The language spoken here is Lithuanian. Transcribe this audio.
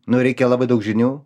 nu reikia labai daug žinių